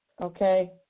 Okay